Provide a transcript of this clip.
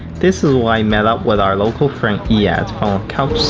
this is where i met up with our local friends yeah eyad um